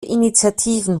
initiativen